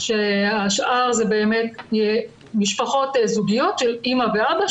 שהשאר זה באמת משפחות זוגיות של אמא ואבא,